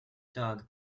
dog